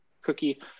cookie